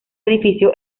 edificio